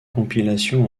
compilations